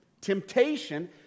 temptation